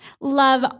Love